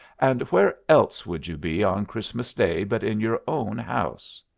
and where else would you be on christmas-day but in your own house?